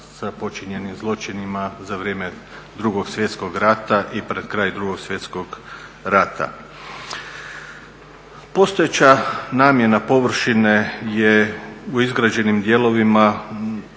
sa počinjenim zločinima za vrijeme Drugog svjetskog rata i pred kraj Drugog svjetskog rata. Postojeća namjena površine je u izgrađenim dijelovima